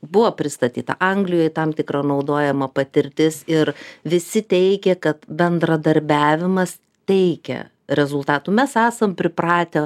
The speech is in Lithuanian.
buvo pristatyta anglijoj tam tikra naudojama patirtis ir visi teigė kad bendradarbiavimas teikia rezultatų mes esam pripratę